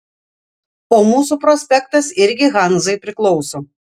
o mūsų prospektas irgi hanzai priklauso